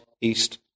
east